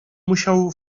musiał